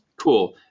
Cool